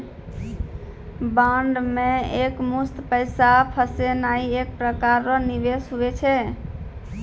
bond मे एकमुस्त पैसा फसैनाइ एक प्रकार रो निवेश हुवै छै